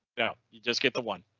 now you just get the one.